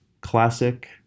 classic